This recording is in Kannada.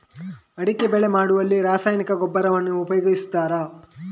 ಅಡಿಕೆ ಬೆಳೆ ಮಾಡುವಲ್ಲಿ ರಾಸಾಯನಿಕ ಗೊಬ್ಬರವನ್ನು ಉಪಯೋಗಿಸ್ತಾರ?